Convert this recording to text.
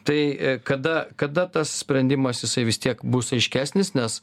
tai kada kada tas sprendimas jisai vis tiek bus aiškesnis nes